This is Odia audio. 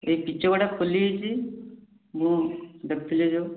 ଏଇ କିଚଗଡା ଖୋଲିଯାଇଛି ମୁଁ ଦେଖୁଥିଲି ଯେଉଁ